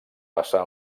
passar